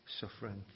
suffering